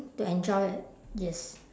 to enjoy a yes